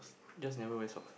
just never wear socks